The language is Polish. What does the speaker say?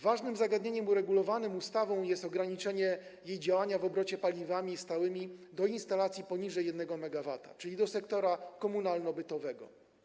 Ważnym zagadnieniem uregulowanym ustawą jest ograniczenie jej działania w obrocie paliwami stałymi do instalacji poniżej 1 MW, czyli do sektora komunalno-bytowego.